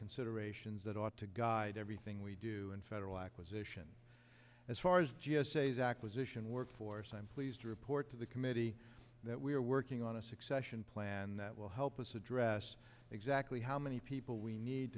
considerations that ought to guide everything we do in federal acquisition as far as g s a is acquisition workforce i'm pleased to report to the committee that we are working on a succession plan that will help us address exactly how many people we need